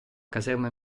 caserma